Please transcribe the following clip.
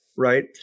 Right